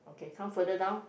okay come further down